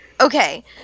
Okay